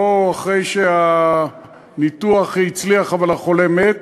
לא אחרי שהניתוח הצליח אבל החולה מת,